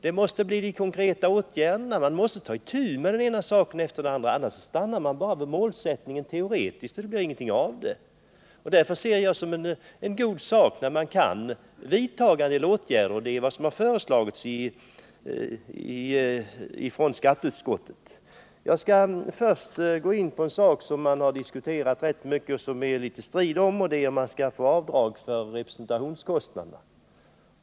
Det måste bli konkreta åtgärder. Man måste ta itu med den ena saken efter den andra, annars stannar man bara vid en teoretisk målsättning, och det blir ingenting av den. Därför ser jag det som en god sak när man kan vidta en del åtgärder, och det är vad som har föreslagits av skatteutskottet. Jag skall först gå in på en sak som har diskuterats rätt mycket och som det är litet strid om. Det gäller om man skall få avdrag för representationskostnaderna.